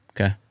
Okay